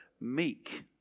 meek